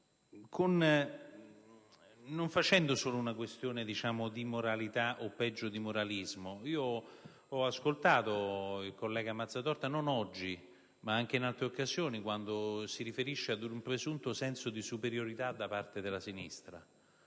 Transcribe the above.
non facendo solo una questione di moralità o, peggio, di moralismo. Ho ascoltato il collega Mazzatorta, non oggi ma anche in altre occasioni, quando si riferisce ad un presunto senso di superiorità da parte della sinistra.